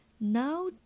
Now